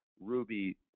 Ruby